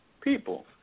people